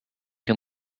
can